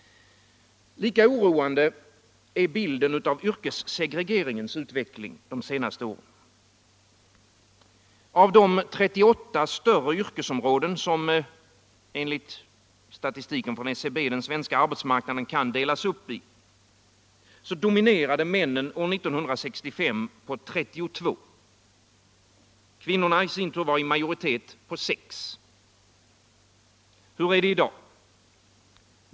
Lika oroande är bilden av yrkessegregeringens utveckling de senaste åren. Av de 38 yrkesområden som, enligt statistiken från SCB, arbetsmarknaden kan delas upp i, dominerade männen år 19635 på 32. Kvinnorna var i majoritet på 6. Hur är det i dag?